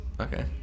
Okay